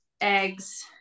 eggs